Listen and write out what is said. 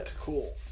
cool